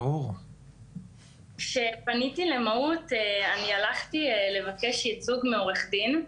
כשפניתי למהו"ת וביקשתי ייצוג מעורך דין,